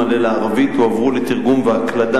האחריות שלה היא שהאנשים יעלו בצורה מסודרת לרכבת,